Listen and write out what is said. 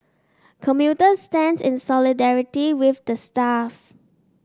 commuter stands in solidarity with the staff